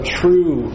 true